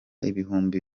ibihumbi